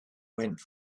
went